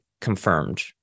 confirmed